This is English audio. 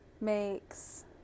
makes